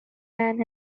man